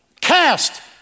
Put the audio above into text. Cast